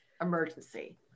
emergency